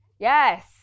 Yes